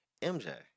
MJ